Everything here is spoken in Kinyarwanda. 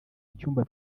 icyumba